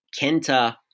Kenta